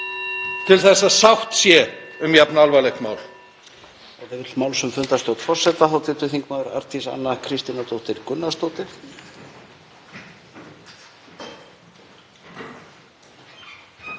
til að sátt sé um jafn alvarlegt mál.